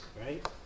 right